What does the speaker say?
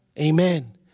Amen